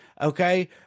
Okay